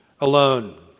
alone